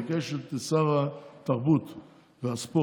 ביקש את שר התרבות והספורט,